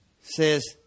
says